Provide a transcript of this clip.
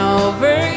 over